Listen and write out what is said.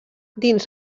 dins